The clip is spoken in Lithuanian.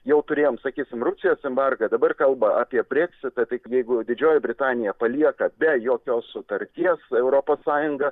jau turėjom sakysim rusijos embargą dabar kalba apie breksitą taip jeigu didžioji britanija palieka be jokios sutarties europos sąjungą